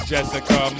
Jessica